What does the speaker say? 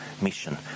mission